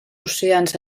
oceans